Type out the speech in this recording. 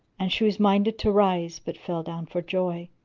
and she was minded to rise but fell down for joy.